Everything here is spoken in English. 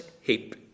heap